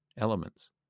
elements